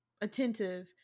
attentive